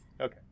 okay